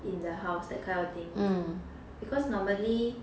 in the house that kind of thing because normally